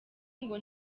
ngo